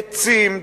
עצים,